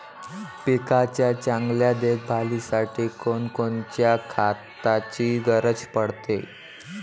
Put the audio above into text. पिकाच्या चांगल्या देखभालीसाठी कोनकोनच्या खताची गरज पडते?